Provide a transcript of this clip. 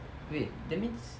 wait that means